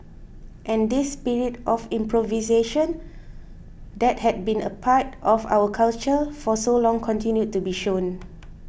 and this spirit of improvisation that had been part of our culture for so long continued to be shown